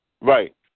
Right